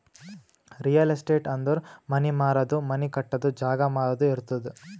real estate ಅಂದುರ್ money ಮಾರದು, money ಕಟ್ಟದು, ಜಾಗ ಮಾರಾದು ಇರ್ತುದ್